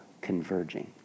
converging